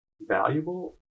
valuable